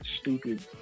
stupid